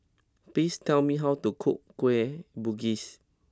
please tell me how to cook Kueh Bugis